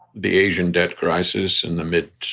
the asian debt crisis in the middle.